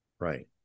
Right